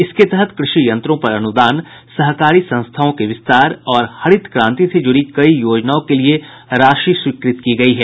इसके तहत कृषि यंत्रों पर अनुदान सहकारी संस्थाओं के विस्तार और हरित क्रांति से जुड़ी कई योजनाओं के लिए राशि स्वीकृत की गयी है